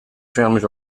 families